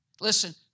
Listen